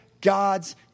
God's